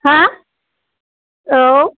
हो औ